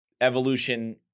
evolution